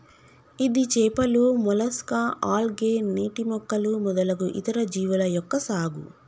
ఇది చేపలు, mollusca, algae, నీటి మొక్కలు మొదలగు ఇతర జీవుల యొక్క సాగు